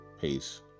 Peace